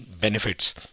benefits